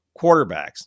quarterbacks